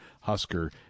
Husker